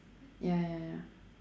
ya ya ya